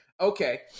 Okay